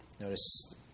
Notice